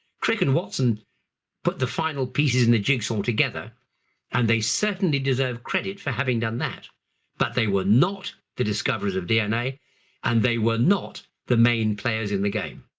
crick and watson put the final pieces in the jigsaw together and they certainly deserve credit for having done that but they were not the discoveries of dna and they were not the main players in the game.